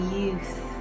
youth